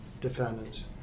defendants